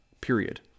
period